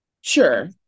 sure